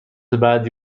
بعدی